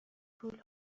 طول